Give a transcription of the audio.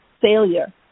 failure